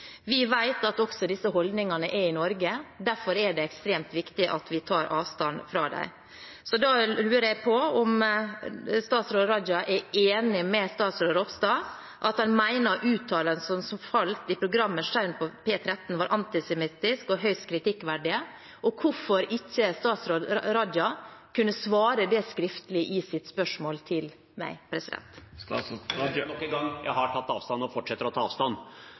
Vi vet at disse holdningene også er i Norge, derfor er det ekstremt viktig at vi tar avstand fra dem. Da lurer jeg på om statsråd Raja er enig med statsråd Ropstad, at han mener uttalelsene som falt i programmet Shaun på P13 var antisemittiske og høyst kritikkverdige, og hvorfor ikke statsråd Raja kunne svare det skriftlig i sitt svar til meg. Nok en gang: Jeg har tatt avstand og fortsetter å ta avstand.